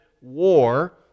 war